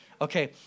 Okay